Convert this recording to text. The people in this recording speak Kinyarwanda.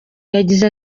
yagize